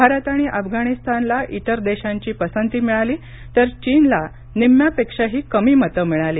भारत आणि अफगाणिस्तानला इतर देशांची पसंती मिळाली तर चीनला निम्म्यापेक्षाही कमी मते मिळाली